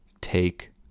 take